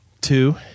two